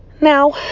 Now